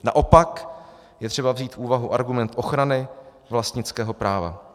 Naopak je třeba vzít v úvahu argument ochrany vlastnického práva.